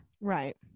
Right